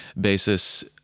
basis